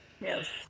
yes